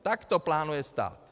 Tak to plánuje stát.